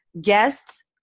guests